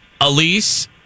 Elise